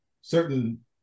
certain